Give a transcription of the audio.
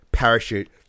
Parachute